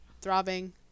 throbbing